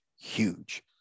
huge